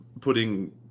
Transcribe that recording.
putting